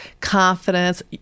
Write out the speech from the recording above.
confidence